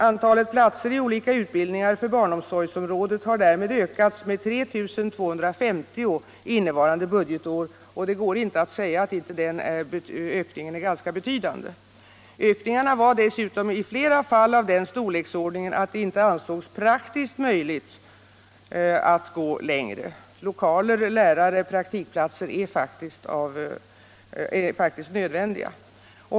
Antalet platser i olika utbildningar för barnomsorgsområdet har därmed ökat med 3 250 innevarande budgetår, och det går inte att hävda att inte den ökningen är ganska betydande. Ökningarna var dessutom i flera fall av den storleksordningen att det inte ansågs praktiskt möjligt att gå längre: lokaler, lärare, praktikplatser är faktiskt nödvändiga.